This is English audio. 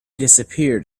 disappeared